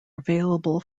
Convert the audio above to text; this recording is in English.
available